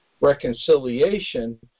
reconciliation